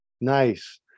Nice